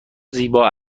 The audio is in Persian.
زیبا